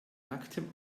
nacktem